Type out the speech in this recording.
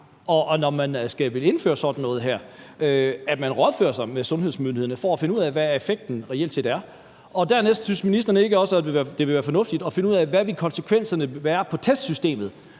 når man skal indføre sådan noget her, at man rådførte sig med sundhedsmyndighederne for at finde ud af, hvad effekten reelt er? Dernæst vil jeg spørge: Synes ministeren ikke også, at det ville være fornuftigt at finde ud af, hvad konsekvenserne ville være for testsystemet,